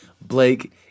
Blake